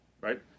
right